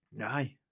Aye